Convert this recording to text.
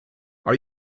are